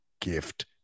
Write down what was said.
gift